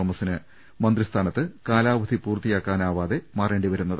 തോമസിന് മന്ത്രിസ്ഥാ നത്ത് കാലാവധി പൂർത്തിയാക്കാതെ മാറേണ്ടി വരുന്നത്